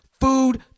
Food